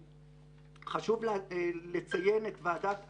חשוב לציין את ועדת אדם,